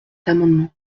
amendements